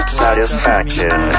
satisfaction